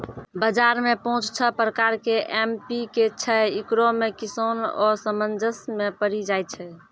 बाजार मे पाँच छह प्रकार के एम.पी.के छैय, इकरो मे किसान असमंजस मे पड़ी जाय छैय?